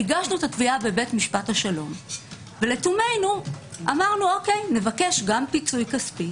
הגשנו את התביעה בבית משפט השלום ולתומנו אמרנו: נבקש גם פיצוי כספי